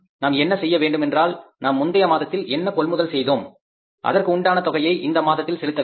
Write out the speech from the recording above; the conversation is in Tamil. நாம் என்ன செய்ய வேண்டுமென்றால் நாம் முந்தைய மாதத்தில் என்ன கொள்முதல் செய்தோம் அதற்கு உண்டான தொகையை இந்த மாதத்தில் செலுத்த வேண்டும்